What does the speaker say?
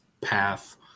path